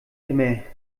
immer